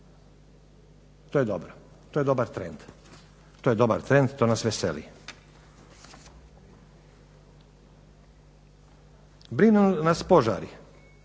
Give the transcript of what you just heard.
TO je dobro, to je dobar trend. To je dobar trend, to nas veseli. Brinu nas požari,